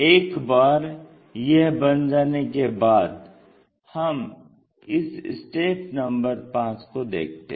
एक बार यह बन जाने के बाद हम इस स्टेप नं 5 को देखते हैं